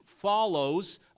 follows